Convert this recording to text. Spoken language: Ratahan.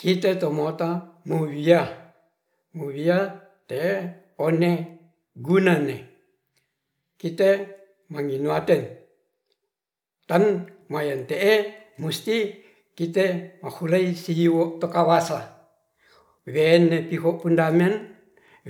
Kite tomota mowiyah. mowiyah te'e one gunane kite mangoin laten tan mayen te'e musti kite ahuleu siyio tokawasla wen'ne tiho pundamen